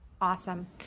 awesome